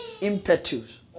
impetus